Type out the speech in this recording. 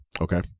Okay